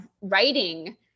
writing